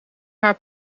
haar